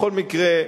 בכל מקרה,